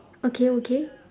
okay okay